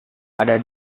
ada